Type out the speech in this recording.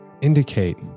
indicate